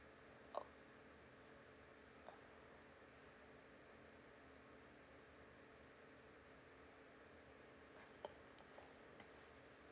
oh